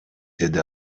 деди